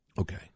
Okay